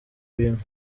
bintu